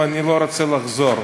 ואני לא רוצה לחזור.